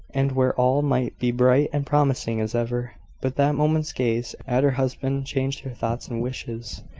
and where all might be bright and promising as ever but that moment's gaze at her husband changed her thoughts and wishes.